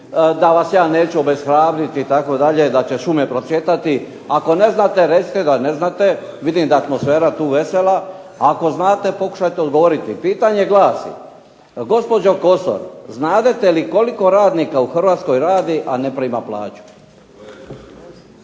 Da vas ja neću obeshrabriti itd., da će šume procvjetati. Ako ne znate recite da ne znate, vidim da je atmosfera tu vesela. Ako znate pokušajte odgovoriti. Pitanje glasi, gospođo Kosor znadete li koliko radnika u Hrvatskoj radi, a ne prima plaću?